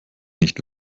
nicht